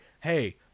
hey